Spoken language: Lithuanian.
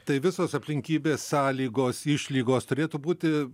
tai visos aplinkybės sąlygos išlygos turėtų būti